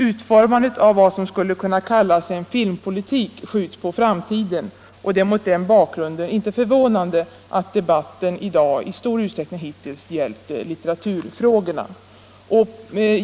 Utformandet av vad som skulle kunna kallas en filmpolitik skjuts på framtiden, och det är mot den bakgrunden inte förvånande att debatten i dag hitintills i stor utsträckning gällt litteraturfrågorna.